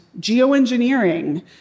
geoengineering